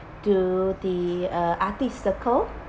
to the uh arctic circle